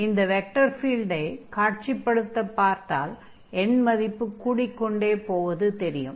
அந்த வெக்டர் ஃபீல்டை காட்சிப்படுத்திப் பார்த்தால் எண்மதிப்பு கூடிக்கொண்டே போவது தெரியும்